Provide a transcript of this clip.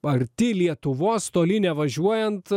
arti lietuvos toli nevažiuojant